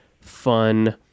fun